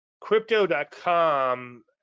crypto.com